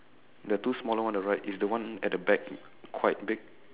the two smaller on the right is the one at the back quite big